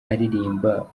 aririmba